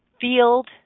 field